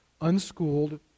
unschooled